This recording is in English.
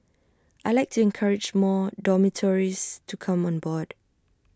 I Like to encourage more dormitories to come on board